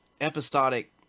episodic